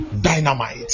dynamite